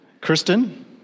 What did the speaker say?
Kristen